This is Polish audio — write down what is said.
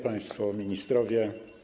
Państwo Ministrowie!